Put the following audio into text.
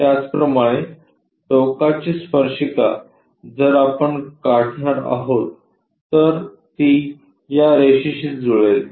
त्याचप्रमाणे टोकाची स्पर्शिका जर आपण काढणार आहोत तर ती या रेषेशी जुळेल